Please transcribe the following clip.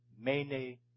mene